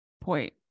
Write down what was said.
point